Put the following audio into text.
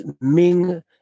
Ming